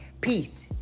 Peace